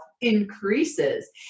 increases